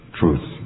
truth